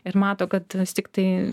ir mato kad vis tiktai